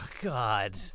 God